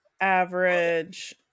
Average